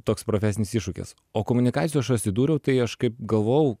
toks profesinis iššūkis o komunikacijoj aš atsidūriau tai aš kaip galvojau